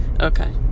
Okay